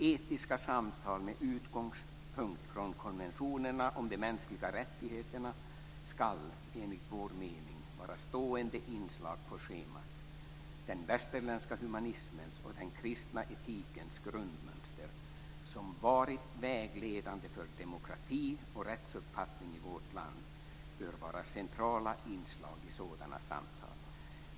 Etiska samtal med utgångspunkt i konventionerna om de mänskliga rättigheterna skall enligt vår mening vara stående inslag på schemat. Den västerländska humanismens och den kristna etikens grundmönster, som varit vägledande för demokrati och rättsuppfattning i vårt land, bör vara centrala inslag i sådana samtal.